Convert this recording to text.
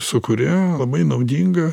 su kuria labai naudinga